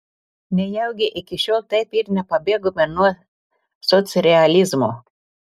nejaugi iki šiol taip ir nepabėgome nuo socrealizmo